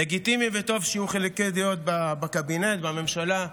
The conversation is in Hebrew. לגיטימי וטוב שיהיו חילוקי דעות בקבינט, בממשלה.